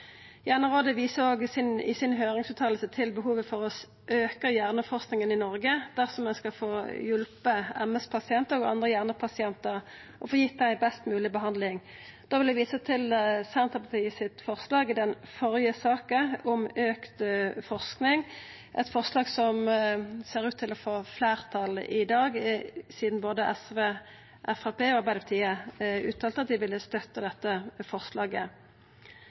Hjernerådet viser òg i høyringsuttala si til behovet for å styrkja hjerneforskinga i Noreg dersom ein skal få hjelpt MS-pasientar og andre hjernepasientar og få gitt dei best mogleg behandling. Da vil eg visa til Senterpartiets forslag i den førre saka om meir forsking, eit forslag som ser ut til å få fleirtal i dag sidan både SV, Framstegspartiet og Arbeidarpartiet uttalte at dei ville